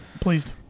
pleased